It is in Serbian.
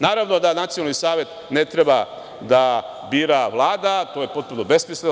Naravno da Nacionalni savet ne treba da bira Vlada, to je potpuno besmisleno.